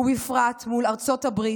ובפרט מול ארצות הברית,